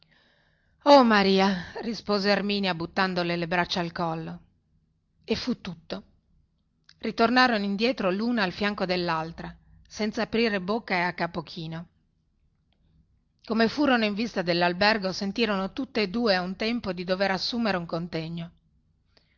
oh maria rispose erminia buttandole le braccia al collo e fu tutto ritornarono indietro luna al fianco dellaltra senza aprire bocca e a capo chino come furono in vista dellalbergo sentirono tutte e due a un tempo di dover assumere un contegno